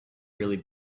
really